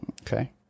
Okay